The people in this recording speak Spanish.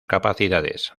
capacidades